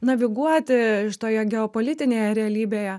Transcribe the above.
naviguoti šitoje geopolitinėje realybėje